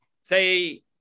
say